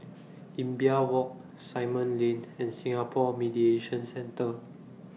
Imbiah Walk Simon Lane and Singapore Mediation Centre